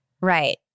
Right